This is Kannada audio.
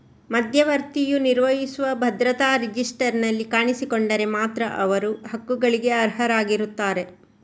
ಮಧ್ಯವರ್ತಿಯು ನಿರ್ವಹಿಸುವ ಭದ್ರತಾ ರಿಜಿಸ್ಟರಿನಲ್ಲಿ ಕಾಣಿಸಿಕೊಂಡರೆ ಮಾತ್ರ ಅವರು ಹಕ್ಕುಗಳಿಗೆ ಅರ್ಹರಾಗಿರುತ್ತಾರೆ